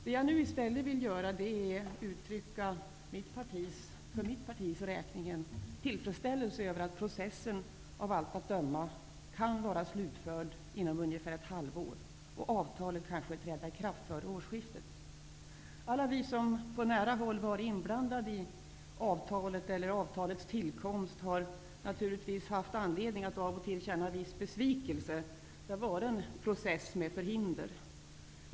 Det jag nu i stället vill göra är att för mitt partis räkning uttrycka tillfredsställelse över att processen av allt att döma kan vara slutförd inom ungefär ett halvår och avtalet kanske träda i kraft före årsskiftet. Alla vi som på nära håll varit inblandade i avtalens tillkomst har naturligtvis haft anledning att av och till känna viss besvikelse. Det har varit en process med förhinder.